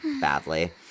badly